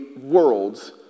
worlds